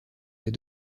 des